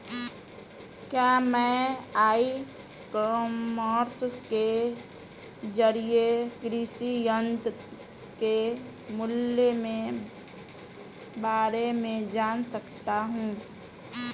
क्या मैं e commerce के ज़रिए कृषि यंत्र के मूल्य में बारे में जान सकता हूँ?